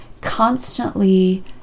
constantly